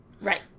Right